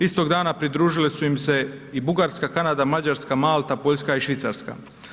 Istog dana pridružile su im se i Bugarska, Kanada, Mađarska, Malta, Poljska i Švicarska.